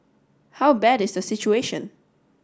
how bad is the situation